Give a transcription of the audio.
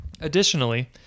Additionally